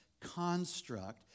construct